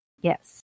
Yes